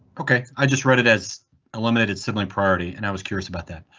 ok, i just read it as illuminated sibling priority and i was curious about that.